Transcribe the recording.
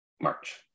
March